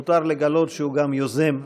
מותר לגלות שהוא גם יוזם ההצעה.